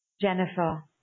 Jennifer